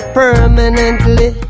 permanently